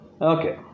Okay